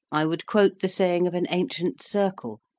i would quote the saying of an ancient circle,